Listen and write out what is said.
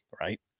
Right